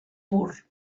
pur